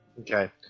Okay